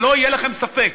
שלא יהיה לכם ספק,